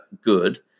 good